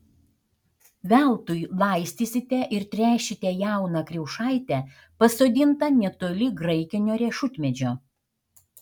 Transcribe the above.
veltui laistysite ir tręšite jauną kriaušaitę pasodintą netoli graikinio riešutmedžio